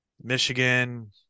Michigan